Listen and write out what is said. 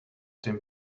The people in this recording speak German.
dem